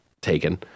taken